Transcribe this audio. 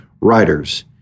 writers